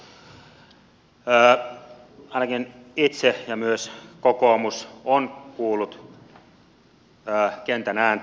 ainakin itse olen kuullut ja myös kokoomus kentän ääntä